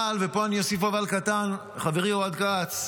אבל, ופה אני אוסיף אבל קטן, חברי אוהד טל,